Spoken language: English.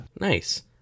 nice